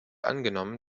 angenommen